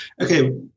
okay